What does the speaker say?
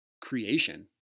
creation